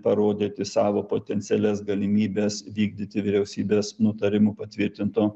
parodyti savo potencialias galimybes vykdyti vyriausybės nutarimu patvirtinto